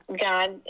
God